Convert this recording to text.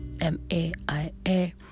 m-a-i-a